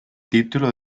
título